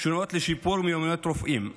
לשיפור מיומנויות רופאים".